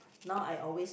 now I always